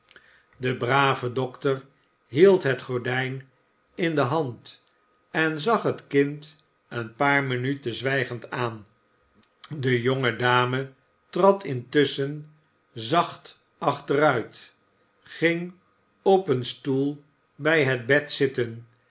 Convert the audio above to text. de brave dokter hield het gordijn in de hand en zag het kind een paar minuten zwijgend aan de jonge dame trad intusschen zacht achteruit ging op een stoel bij het bed zitten